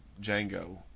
Django